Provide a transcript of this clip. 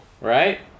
right